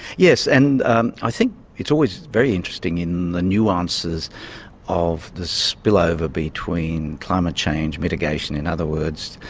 yes. and um i think it's always very interesting in the nuances of the spillover between climate change mitigation in other words,